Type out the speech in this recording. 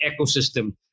ecosystem